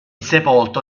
sepolto